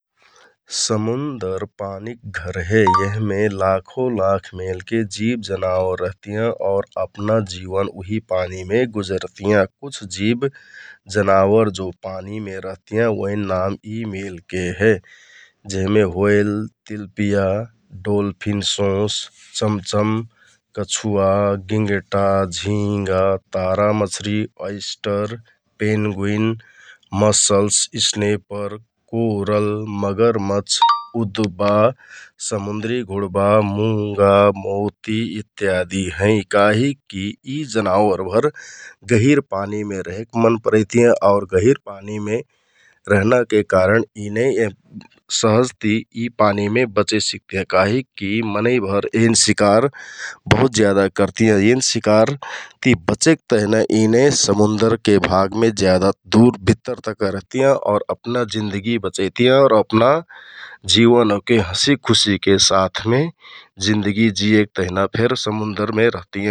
समुन्दर पानिक घर हे यहमे लाखौं लाख मेलके जिव जनावर रहतियाँ । आउर अपना जिवन उहि पानिमे गुजरतियाँ । कुछ जिब, जनावर जो पानिमे रहतियाँ ओइन नाउँ यि मेलके हे । जेहमे होइल तिलपिया, डोल्फिन सोस, चमचम, कछुहा, गिंगटा, झिंगा, तारा मच्छरि, oyster, penguin, mussels, sniper, coral, मगरमछ, उदबा, समुन्द्रि घुडबा, मुँगा, मोति इत्यादि हैं । काहिकि यि जनावरभर गहिंर पानिमे रेहेक मन परैतियाँ । आउर गहिंर पानिमे रहनाके कारण यिने सहजति पानिमे बचे सिकतियाँ । काहिकि मनैंभर एन शिकार बहुत जेदा करतियाँ । सिकार ति बचेक तेहना एने समुन्दरके गहिंर भागमे दुर भित्तर तक रहतियाँ । अपना जिन्दगि बचैतियाँ आउर अपना जिवन ओहके हंसिखुसि साथमे जिन्दगि जियेक तहना समुन्दरमे रहतियाँ ।